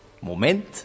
Moment